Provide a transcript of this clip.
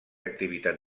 activitat